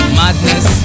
madness